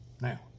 Now